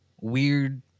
weird